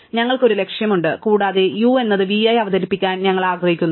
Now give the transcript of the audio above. അതിനാൽ ഞങ്ങൾക്ക് ഒരു ലക്ഷ്യമുണ്ട് കൂടാതെ u എന്നത് v ആയി അവതരിപ്പിക്കാൻ ഞങ്ങൾ ആഗ്രഹിക്കുന്നു